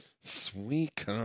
sweet